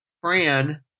Fran